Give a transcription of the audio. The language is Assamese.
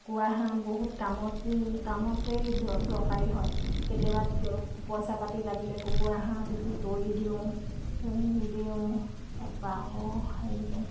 কুকুৰা হাঁহ বহুত কামত কামতেই দৰকাৰী হয় কেতিয়াবা কেতিয়াবা পইছা পাতি লাগিলে কুকুৰা হাঁহ বিক্ৰী কৰি দিওঁ দিওঁ তাৰপৰা আকৌ হেৰি কৰোঁ